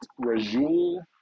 Rajul